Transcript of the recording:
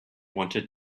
wanted